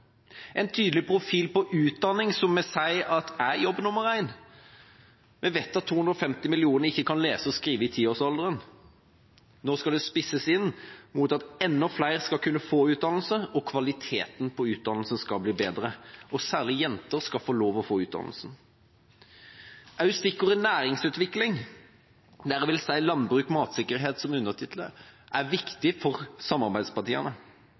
en tydelig utdanningsprofil, som vi sier er jobb nummer én. Vi vet at 250 millioner ikke kan lese og skrive i tiårsalderen. Nå skal bistanden spisses inn mot at enda flere skal kunne få utdannelse, og kvaliteten på utdannelsen skal bli bedre. Særlig jenter skal få lov til å få utdannelse. Også stikkordet næringsutvikling – der vil jeg sette landbruk og matsikkerhet som undertitler – er viktig for samarbeidspartiene.